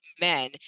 men